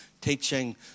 teaching